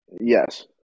Yes